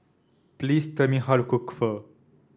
please tell me how to cook Pho